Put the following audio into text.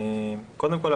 קודם כול,